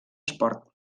esport